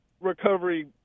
Recovery